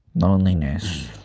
loneliness